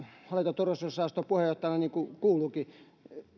hallinto ja turvallisuusjaoston puheenjohtajana niin kuin kuuluukin